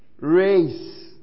race